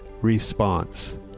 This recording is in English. response